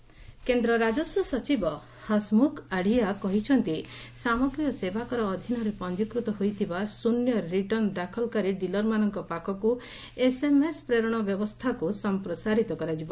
GST Adhia କେନ୍ଦ୍ର ରାଜସ୍ୱ ସଚିବ ହସ୍ମୁଖ୍ ଆଡ଼ିଆ କହିଛନ୍ତି ସାମଗ୍ରୀ ଓ ସେବାକର ଅଧୀନରେ ପଞ୍ଜିକୃତ ହୋଇଥିବା ଶୃନ୍ୟ ରିଟର୍ଣ୍ଣ ଦାଖଲକାରୀ ଡିଲର୍ମାନଙ୍କ ପାଖକୁ ଏସ୍ଏମ୍ଏସ୍ ପ୍ରେରଣ ବ୍ୟବସ୍ଥାକୁ ସମ୍ପ୍ରସାରିତ କରାଯିବ